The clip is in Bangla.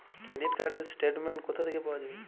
ক্রেডিট কার্ড র স্টেটমেন্ট কোথা থেকে পাওয়া যাবে?